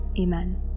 Amen